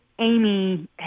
Amy